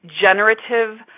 Generative